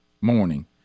morning